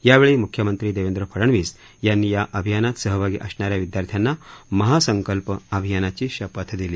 यावेळी मुख्यमंत्री देवेंद्र फडणवीस यांनी या अभियानात सहभागी असणाऱ्या विद्यार्थ्यांना महासंकल्प अभियानाची शपथ दिली